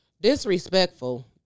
disrespectful